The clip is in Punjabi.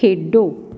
ਖੇਡੋ